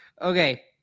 Okay